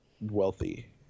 wealthy